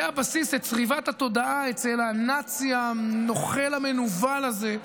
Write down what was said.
זה הבסיס לצריבת התודעה אצל הנאצי הנוכל המנוול הזה,